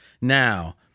Now